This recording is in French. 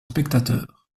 spectateurs